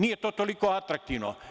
Nije to toliko atraktivno.